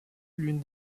l’une